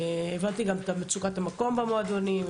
הבנתי גם את מצוקת המקום במועדונים,